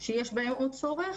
שיש בהן עוד צורך,